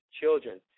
Children